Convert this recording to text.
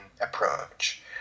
approach